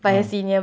oh